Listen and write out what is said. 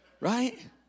Right